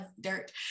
dirt